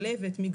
גם אשפוז מלא,